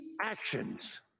actions